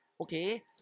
Okay